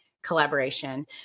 collaboration